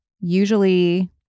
usually